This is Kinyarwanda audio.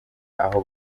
aho